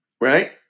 right